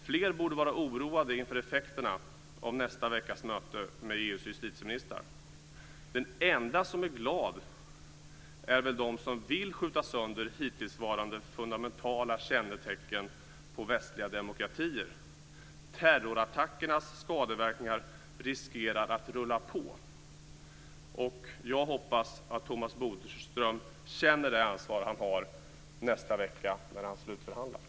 Fler borde vara oroade inför effekterna av nästa veckas möte med EU:s justitieministrar. De enda som är glada är väl de som vill skjuta sönder hittillsvarande fundamentala kännetecken på västliga demokratier. Terrorattackernas skadeverkningar riskerar att rulla på. Jag hoppas att Thomas Bodström känner det ansvar han har nästa vecka när han slutförhandlar.